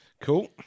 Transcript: Cool